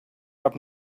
have